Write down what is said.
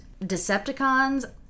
Decepticons